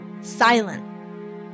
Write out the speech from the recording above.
silent